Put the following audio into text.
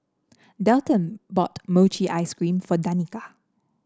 Dalton bought Mochi Ice Cream for Danika